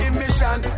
mission